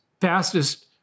fastest